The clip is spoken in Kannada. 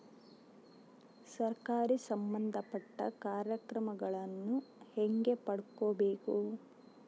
ಸರಕಾರಿ ಸಂಬಂಧಪಟ್ಟ ಕಾರ್ಯಕ್ರಮಗಳನ್ನು ಹೆಂಗ ಪಡ್ಕೊಬೇಕು?